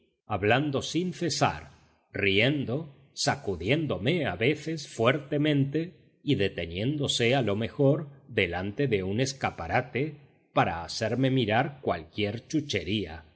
hablando sin cesar riendo sacudiéndome a veces fuertemente y deteniéndose a lo mejor delante de un escaparate para hacerme mirar cualquier chuchería